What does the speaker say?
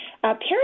parents